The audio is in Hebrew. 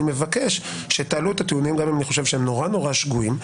מבקש שתעלו את הטיעונים גם אם אני חושב שהם נורא נורא שגויים,